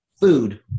food